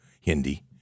Hindi